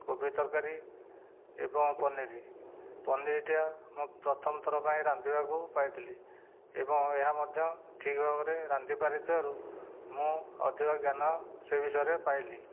କୋବି ତରକାରୀ ଏବଂ ପନିର ପନିରଟିଏ ମୁଁ ପ୍ରଥମଥର ପାଇଁ ରାନ୍ଧିବାକୁ ପାଇଥିଲି ଏବଂ ଏହା ମଧ୍ୟ ଠିକ ଭାବରେ ରାନ୍ଧି ପାରିଥିବାରୁ ମୁଁ ଅଧିକ ଜ୍ଞାନ ସେ ବିଷୟରେ ପାଇଲି